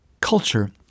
Culture